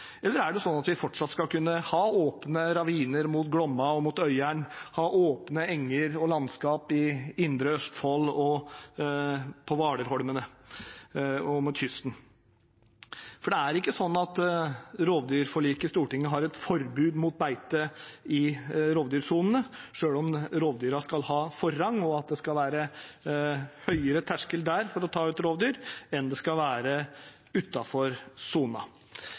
Eller skal vi fortsatt kunne ha åpne raviner mot Glomma og mot Øyeren, ha åpne enger og landskap i indre Østfold, på Hvaler-holmene og mot kysten? Rovdyrforliket i Stortinget innebærer ikke et forbud mot beite i rovdyrsonene, selv om rovdyrene skal ha forrang, og selv om det skal være høyere terskel for å ta ut rovdyr der, enn det skal være